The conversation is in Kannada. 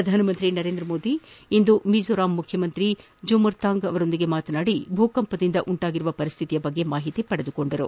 ಪ್ರಧಾನಮಂತ್ರಿ ನರೇಂದ ಮೋದಿ ಇಂದು ಮಿಜೊರಾಂ ಮುಖ್ಯಮಂತ್ರಿ ಜೊಮರ್ತಾಂಗ್ ಅವರೊಂದಿಗೆ ಮಾತನಾದಿ ಭೂಕಂಪನದಿಂದ ಉಂಟಾದ ಪರಿಸ್ಡಿತಿಯ ಬಗ್ಗೆ ಮಾಹಿತಿ ಪಡೆದಿದ್ದಾರೆ